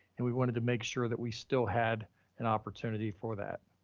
and we wanted to make sure that we still had an opportunity for that.